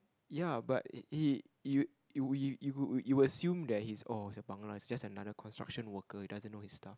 ya but he you you assume that oh he's a Bangla he's another construction worker who doesn't know his stuff